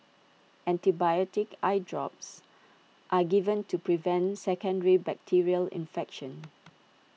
antibiotic eye drops are given to prevent secondary bacterial infection